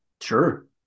Sure